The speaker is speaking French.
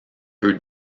peu